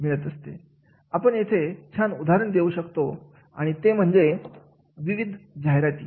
आपण येथे छान उदाहरण देऊ शकतो ते म्हणजे विविध जाहिराती